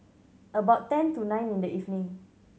about ten to nine in the evening